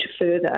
further